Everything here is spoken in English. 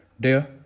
Dear